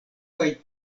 kaj